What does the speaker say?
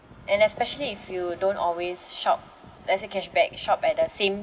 and especially if you don't always shop let's say cashback shop at the same